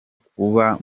kuba